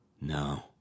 No